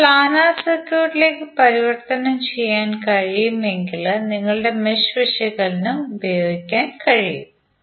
ഇത് പ്ലാനർ സർക്യൂട്ടിലേക്ക് പരിവർത്തനം ചെയ്യാൻ കഴിയുമെങ്കിൽ നിങ്ങളുടെ മെഷ് വിശകലനം ഉപയോഗിക്കാൻ കഴിയും